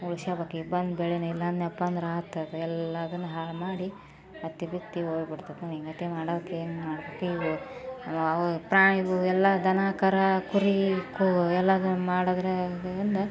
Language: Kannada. ಉಳ್ಸ್ಕೊಳ್ಬೇಕೀಗ ಬಂದ ಬೆಳೆನೆ ಇಲ್ಲನ್ನಪ್ಪ ಅಂದ್ರೆ ಆತ್ತದು ಎಲ್ಲದನ್ನೂ ಹಾಳ್ಮಾಡಿ ಹತ್ತಿಬಿತ್ತಿ ಹೋಗ್ಬಿಡ್ತದ ಹಿಂಗತೆ ಮಾಡೋಕೆ ಹೆಂಗೆ ಮಾಡಬೇಕು ಇವು ಅವು ಪ್ರಾಣಿಗಳು ಎಲ್ಲ ದನ ಕರ ಕುರಿ ಕೋ ಎಲ್ಲ ದನ ಮಾಡಿದರೆ ಗೊಂಡ